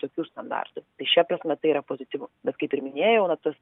tokių standartų šia prasme tai yra pozityvu bet kaip ir minėjau na tas